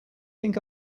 think